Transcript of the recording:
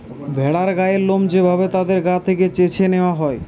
ভেড়ার গায়ের লোম যে ভাবে তাদের গা থেকে চেছে নেওয়া হয়